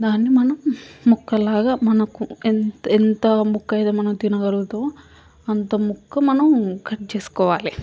దాన్ని మనం ముక్కల్లాగ మనకు ఎం ఎంత ముక్క అయితే మనం తినగలుగుతామో అంత ముక్క మనం కట్ చేసుకోవాలి